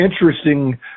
interesting